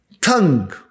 tongue